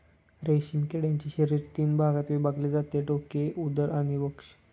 रेशीम किड्याचे शरीर तीन भागात विभागले जाते डोके, उदर आणि वक्ष